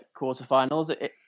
quarterfinals